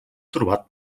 trobat